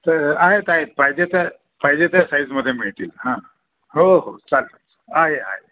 तर आहेत आहेत पाहिजे त्या पाहिजे त्या साईजमध्ये मिळतील हां हो हो चाल आहे आहे